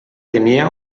tenia